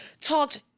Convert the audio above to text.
talked